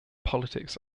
politics